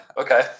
Okay